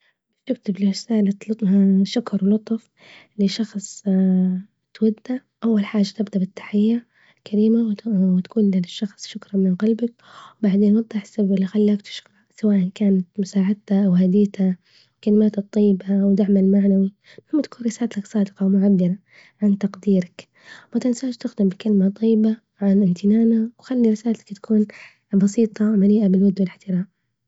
باش تكتب لرسالة لط شكر ولطف لشخص توده أول حاجة تبدأ بالتحية الكريمة وت وتجول للشخص شكرا من قلبك، بعدين وضح السبب اللي خلاك تشكره سواء كانت مساعدته أو هديته كلماته الطيبة ودعمه المعنوي المهم تكون رسالتك صادقة ومعبرة عن تقديرك وما تنساش تختم بكلمة طيبة عن إمتنانك وخلي رسالتك تكون بسيطة مليئة بالود والإحترام.